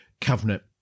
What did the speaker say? covenant